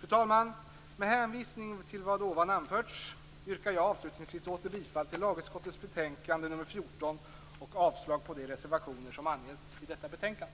Fru talman! Med hänvisning till vad jag tidigare har anfört yrkar jag avslutningsvis åter bifall till hemställan i lagutskottets betänkande nummer 14 och avslag på de reservationer som avgivits i detta betänkande.